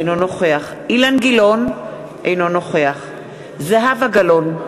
אינו נוכח אילן גילאון, אינו נוכח זהבה גלאון,